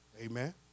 Amen